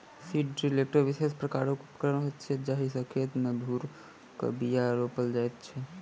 seed drill एकटा विशेष प्रकारक उपकरण होइत छै जाहि सॅ खेत मे भूर क के बीया रोपल जाइत छै